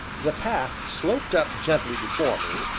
the path sloped up gently before me,